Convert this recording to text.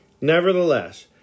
Nevertheless